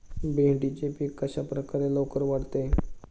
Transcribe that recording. भेंडीचे पीक कशाप्रकारे लवकर वाढते?